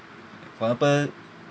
for example